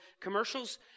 commercials